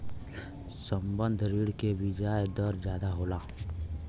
संबंद्ध ऋण के बियाज दर जादा होला